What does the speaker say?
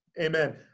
Amen